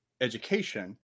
education